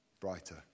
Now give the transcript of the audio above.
brighter